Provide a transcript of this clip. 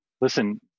listen